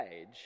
age